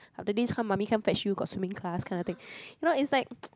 after this come mommy come fetch you got swimming class kind of thing you know it's like